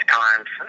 times